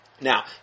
Now